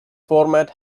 format